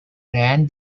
ran